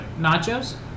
Nachos